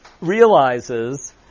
realizes